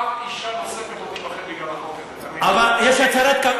אף אישה נוספת לא תיבחר בגלל החוק הזה, תאמין לי.